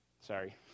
sorry